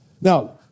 Now